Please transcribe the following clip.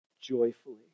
joyfully